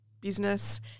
business